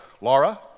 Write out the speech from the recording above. Laura